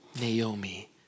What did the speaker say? Naomi